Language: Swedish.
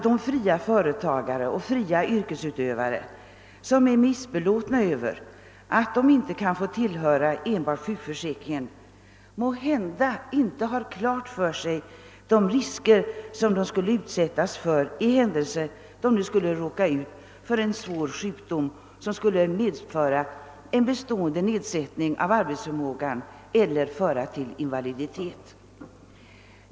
De företagare och fria yrkesutövare som är missbelåtna med att inte få tillhöra enbart sjukförsäkringen har måhända inte klart för sig vilka risker de skulle utsättas för i händelse de råkade ut för en svår sjukdom som skulle medföra en bestående nedsättning i arbetsförmågan eller medföra invaliditet.